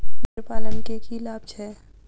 भेड़ पालन केँ की लाभ छै?